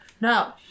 No